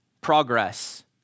progress